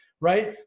right